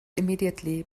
immediately